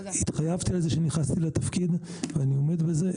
התחייבתי לזה כשנכנסתי לתפקיד, ואני עומד בזה.